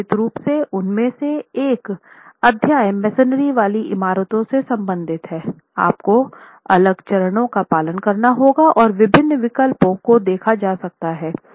और निश्चित रूप से उनमें से एक अध्याय मसोनरी वाली इमारतों से संबंधित है आपको अलग चरणों का पालन करना होगा और विभिन्न विकल्पों को देखा जा सकता है